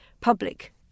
public